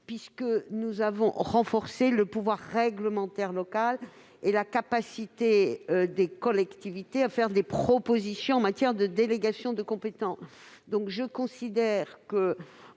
Ainsi, nous avons renforcé le pouvoir réglementaire local et la capacité des collectivités à faire des propositions en matière de délégation de compétences. Dès lors, je considère que